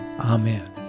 Amen